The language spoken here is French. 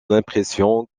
l’impression